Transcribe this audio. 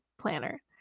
Planner